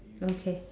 okay